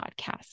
podcast